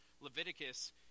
leviticus